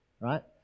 right